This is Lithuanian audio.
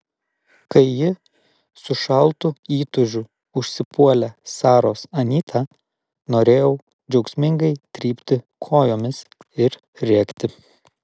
kai ji su šaltu įtūžiu užsipuolė saros anytą norėjau džiaugsmingai trypti kojomis ir rėkti